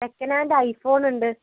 second hand I phone ഉണ്ട്